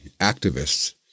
activists